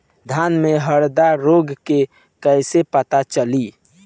धान में हरदा रोग के कैसे पता चली?